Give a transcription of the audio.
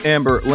Amber